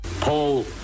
Paul